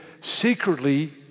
secretly